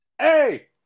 hey